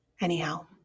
Anyhow